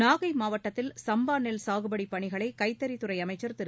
நாகைமாவட்டத்தில் சம்பாநெல் சாகுபடிபணிகளைகைத்தறித்துறைஅமைச்சர் திரு